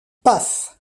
paf